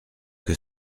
que